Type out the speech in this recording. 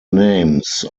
names